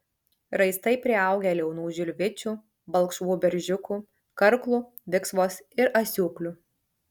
raistai priaugę liaunų žilvičių balkšvų beržiukų karklų viksvos ir asiūklių